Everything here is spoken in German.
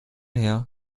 her